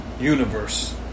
universe